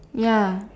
ya